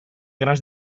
grans